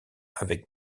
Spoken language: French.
avec